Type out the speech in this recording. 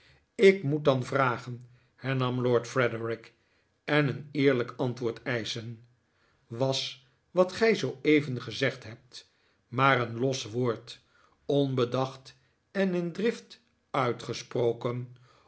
ik moet dan vragen hernam lord frederik en een eerlijk antwoord eischen was wat gij zooeven gezegd hebt maar een los woord onbedacht en in drift uitgesproken